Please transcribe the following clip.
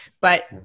but-